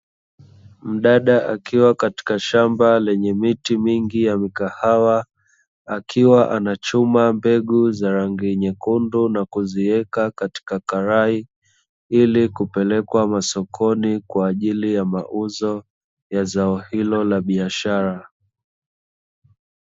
Mdada akiwa katika shamba lenye miti mingi ya mikahawa, akiwa anachuma mbegu za rangi nyekundu na kuzieka katika karai ili kupelekwa masokoni kwa ajili ya mauzo ya zao hilo la biashara.